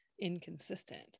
inconsistent